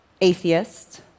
atheist